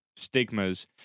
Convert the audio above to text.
stigmas